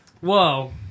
Whoa